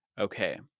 Okay